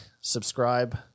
subscribe